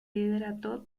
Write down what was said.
liderato